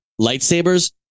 lightsabers